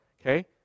okay